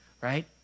right